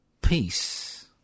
peace